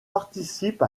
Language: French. participe